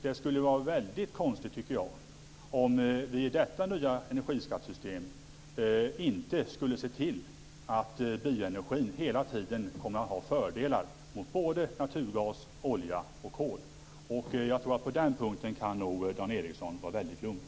Det skulle då vara väldigt konstigt om vi i detta nya energiskattesystem inte skulle se till att bioenergin hela tiden har fördelar mot såväl naturgas som olja och kol. På den punkten kan Dan Ericsson nog vara väldigt lugn.